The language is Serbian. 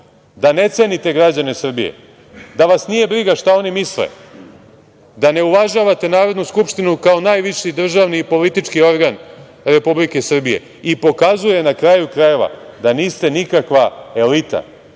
da ne cenite građane Srbije, da vas nije briga šta oni misle, da ne uvažavate Narodnu skupštinu kao najviši državni i politički organ Republike Srbije i pokazuje, na kraju krajeva da niste nikakva elita,